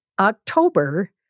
October